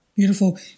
Beautiful